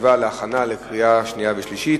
הסביבה להכנה לקריאה שנייה ושלישית.